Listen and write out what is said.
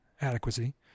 adequacy